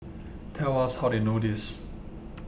tell us how they know this